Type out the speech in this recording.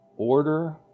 Order